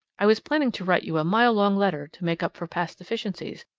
i was planning to write you a mile-long letter to make up for past deficiencies,